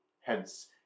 Hence